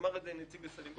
אמר את זה נציג הסנגוריה.